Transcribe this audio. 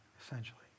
essentially